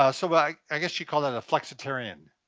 ah so like i guess you call that a flexitarian.